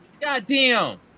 Goddamn